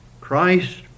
Christ